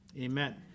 Amen